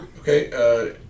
Okay